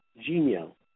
genial